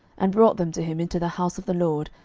and brought them to him into the house of the lord,